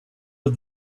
but